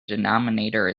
denominator